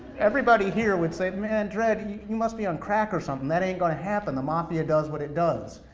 everybody here would say man, dread, and you you must be on crack or something, that ain't gonna happen, the mafia does what it does.